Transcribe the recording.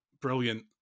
brilliant